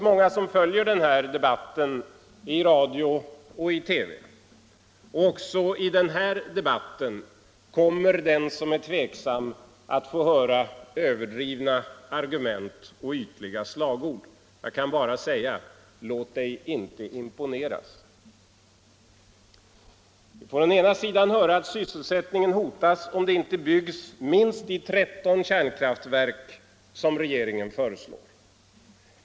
Många följer denna debatt i radio och TV. Också i denna debatt kommer den som är tveksam att få höra överdrivna argument och ytliga slagord. Jag kan bara säga: Låt dig inte imponeras! Man får höra att sysselsättningen hotas om det inte byggs minst 13 kärnkraftverk, vilket regeringen föreslår.